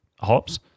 hops